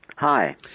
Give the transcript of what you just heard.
Hi